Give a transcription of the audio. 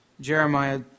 Jeremiah